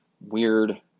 weird